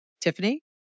Tiffany